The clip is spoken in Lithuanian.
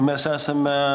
mes esame